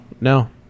No